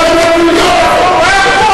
אתה פורע חוק.